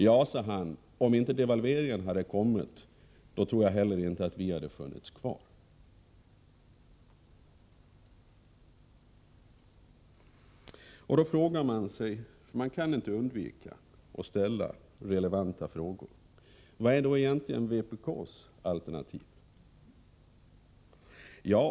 Ja, sade han, om inte devalveringen hade genomförts, skulle vi nog inte ha funnits kvar. Man kan inte underlåta att ställa en i sammanhanget relevant fråga: Vilket är då vpk:s alternativ?